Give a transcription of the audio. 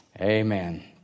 Amen